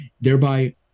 thereby